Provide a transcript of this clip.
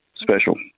special